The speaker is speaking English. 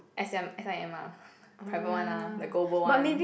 S M S_I_M ah private one lah the global one